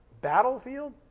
battlefield